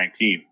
2019